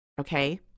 Okay